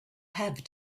have